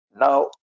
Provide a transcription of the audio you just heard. Now